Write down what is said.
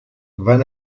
van